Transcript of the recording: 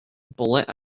bullet